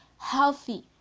healthy